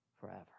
forever